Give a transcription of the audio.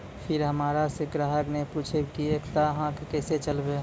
फिर हमारा से ग्राहक ने पुछेब की एकता अहाँ के केसे चलबै?